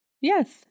yes